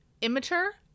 immature